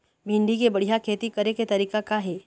भिंडी के बढ़िया खेती करे के तरीका का हे?